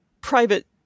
private